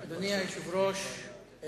אדוני היושב-ראש,